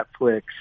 Netflix